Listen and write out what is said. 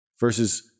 versus